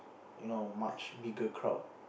you know much bigger crowd